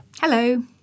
Hello